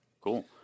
Cool